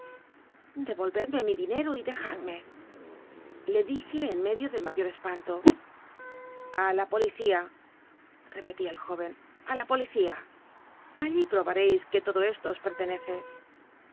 olrcdme mi dinco y dejad me le dije en medio del mayo espanto a la policía repelía el jóren li la policía all í probareis que todo esto os pertenece